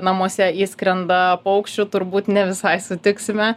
namuose įskrenda paukščių turbūt ne visai sutiksime